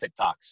TikToks